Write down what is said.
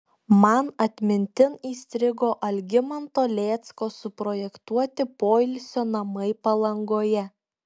man atmintin įstrigo algimanto lėcko suprojektuoti poilsio namai palangoje